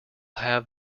have